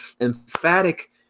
emphatic